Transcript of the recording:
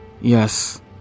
Yes